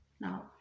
Now